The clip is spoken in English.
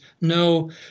No